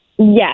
Yes